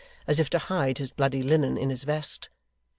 as if to hide his bloody linen in his vest,